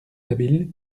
habile